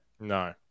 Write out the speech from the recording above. No